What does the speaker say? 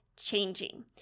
changing